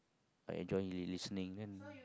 I enjoyed you listening then